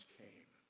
came